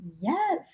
Yes